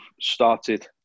started